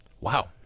Wow